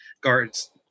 guards